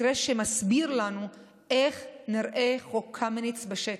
מקרה שמסביר לנו איך נראה חוק קמיניץ בשטח.